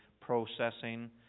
processing